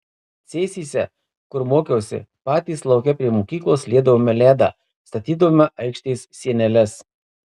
cėsyse kur mokiausi patys lauke prie mokyklos liedavome ledą statydavome aikštės sieneles